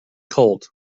colt